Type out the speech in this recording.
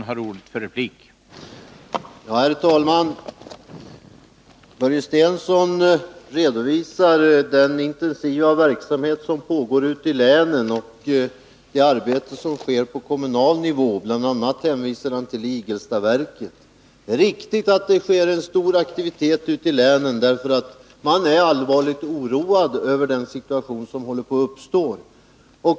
Herr talman! Börje Stensson redovisar den intensiva verksamhet som pågår ute i länen och det arbete som sker på kommunal nivå. Bl. a. hänvisar han till Igelstaverket. Det är riktigt att det är en stor aktivitet ute i länen, därför att man är allvarligt oroad över den situation som håller på att uppstå.